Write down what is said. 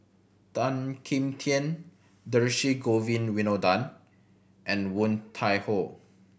Tan Kim Tian Dhershini Govin Winodan and Woon Tai Ho